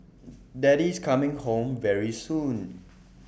daddy's coming home very soon